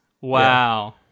Wow